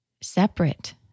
separate